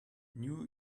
new